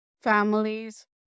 families